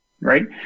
right